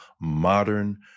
modern